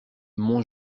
mon